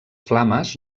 flames